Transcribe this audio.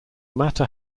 matter